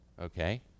Okay